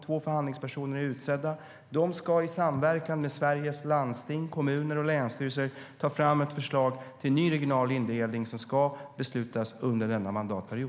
Två förhandlingspersoner är utsedda, och de ska i samverkan med Sveriges landsting, kommuner och länsstyrelser ta fram ett förslag till ny regional indelning som ska beslutas under denna mandatperiod.